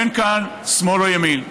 אין כאן שמאל או ימין,